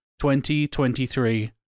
2023